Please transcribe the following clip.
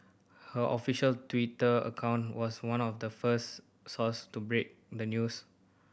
her official Twitter account was one of the first source to break the news